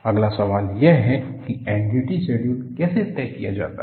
अगला सवाल यह है कि N D T शेड्यूल कैसे तय किया जाता है